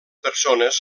persones